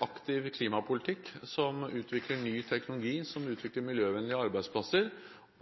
aktiv klimapolitikk som utvikler ny teknologi, og som utvikler miljøvennlige arbeidsplasser,